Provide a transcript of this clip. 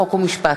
חוק ומשפט.